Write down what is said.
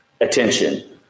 Attention